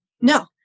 No